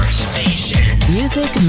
Music